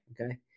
Okay